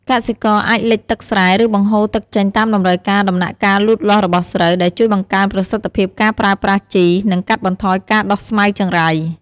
កសិករអាចលិចទឹកស្រែ ឬបង្ហូរទឹកចេញតាមតម្រូវការដំណាក់កាលលូតលាស់របស់ស្រូវ ដែលជួយបង្កើនប្រសិទ្ធភាពការប្រើប្រាស់ជី និងកាត់បន្ថយការដុះស្មៅចង្រៃ។